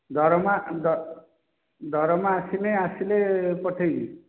ଦରମା ଦରମା ଆସିଲେ ଆସିଲେ ପଠାଇବି